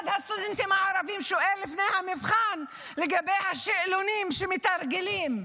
אחד הסטודנטים הערבים שאל לפני המבחן לגבי השאלונים שמתרגלים.